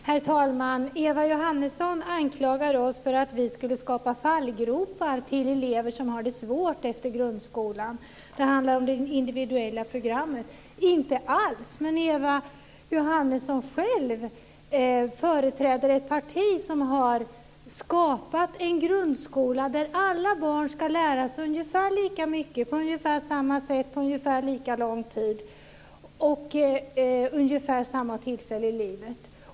Herr talman! Eva Johansson anklagar oss för att vi skulle skapa fallgropar till elever som har det svårt efter grundskolan. Det handlar om det individuella programmet. Inte alls! Men Eva Johansson själv företräder ett parti som har skapat en grundskola där alla barn ska lära sig ungefär lika mycket på ungefär samma sätt på ungefär lika lång tid och vid ungefär samma tillfälle i livet.